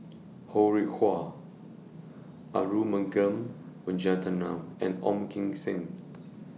Ho Rih Hwa Arumugam Vijiaratnam and Ong Kim Seng